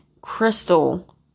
crystal